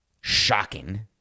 shocking